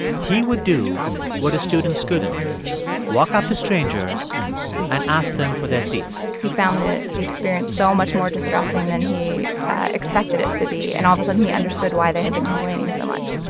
he would do what his students couldn't walk up to strangers and ask them for their seats he found the the experience so much more distressing than he expected it to be. and all of a sudden, he understood why they had been complaining so much